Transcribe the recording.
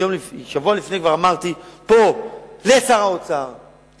כששבוע לפני כן אמרתי פה לשר האוצר,